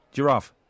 Giraffe